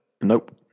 Nope